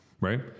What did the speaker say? Right